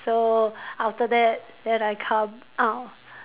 so after that then I come out